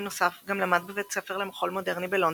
בנוסף גם למד בבית ספר למחול מודרני בלונדון,